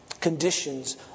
conditions